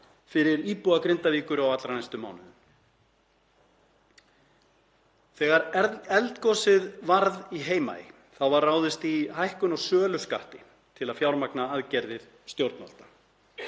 fyrir íbúa Grindavíkur á allra næstu mánuðum. Þegar eldgosið varð í Heimaey var ráðist í hækkun á söluskatti til að fjármagna aðgerðir stjórnvalda.